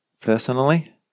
personally